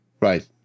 right